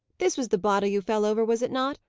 this was the bottle you fell over, was it not?